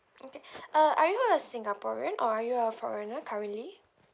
okay uh are you a singaporean or are you a foreigner currently